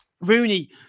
Rooney